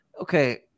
okay